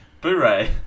Boo-ray